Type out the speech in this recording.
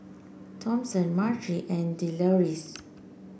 Thompson Marci and Deloris